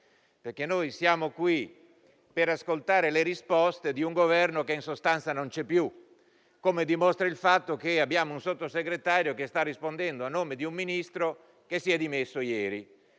Siamo infatti qui per ascoltare le risposte di un Governo, che in sostanza non c'è più, come dimostra il fatto che abbiamo un Sottosegretario, che sta rispondendo a nome del Ministro delle politiche